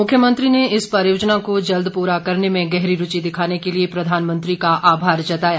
मुख्यमंत्री ने इस परियोजना को जल्द पूरा करने में गहरी रूचि दिखाने के लिए प्रधानमंत्री का आभार जताया